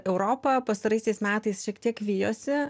europa pastaraisiais metais šiek tiek vijosi